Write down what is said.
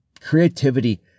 Creativity